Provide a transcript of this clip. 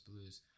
Blues